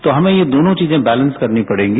तो हमें दोनों चीजें बेलेंस करनी पढ़ेंगी